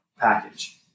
package